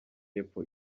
y’epfo